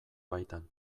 baitan